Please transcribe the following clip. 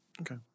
Okay